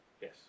Yes